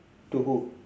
to who